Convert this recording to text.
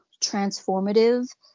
transformative